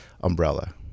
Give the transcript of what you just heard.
umbrella